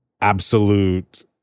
absolute